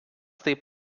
taip